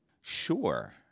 sure